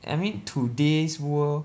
I mean today's world